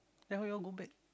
then how you all go back